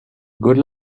good